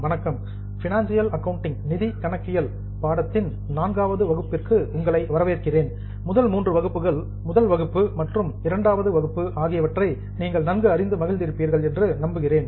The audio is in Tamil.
வணக்கம் பினான்சியல் அக்கவுண்டிங் நிதி கணக்கியல் பாடத்தின் நான்காவது வகுப்பிற்கு உங்களை வரவேற்கிறேன் முதல் மூன்று வகுப்புகள் முதல் வகுப்பு மற்றும் இரண்டாவது வகுப்பு ஆகியவற்றை நீங்கள் நன்கு அறிந்து மகிழ்ந்து இருப்பீர்கள் என்று நம்புகிறேன்